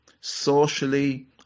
socially